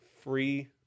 free